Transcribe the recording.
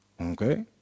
Okay